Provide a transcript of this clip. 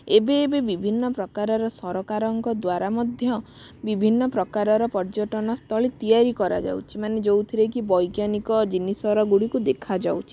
ଏବେ ଏବେ ବିଭିନ୍ନ ପ୍ରକାରର ସରକାରଙ୍କ ଦ୍ବାରା ମଧ୍ୟ ବିଭିନ୍ନ ପ୍ରକାରର ପର୍ଯ୍ୟଟନ ସ୍ଥଳୀ ତିଆରି କରାଯାଉଛି ମାନେ ଯେଉଁ ଥିରେ କି ବୈଜ୍ଞାନିକ ଜିନିଷର ଗୁଡ଼ିକୁ ଦେଖା ଯାଉଛି